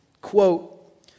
quote